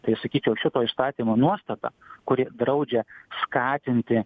tai sakyčiau šito įstatymo nuostata kuri draudžia skatinti